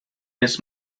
and